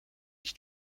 qui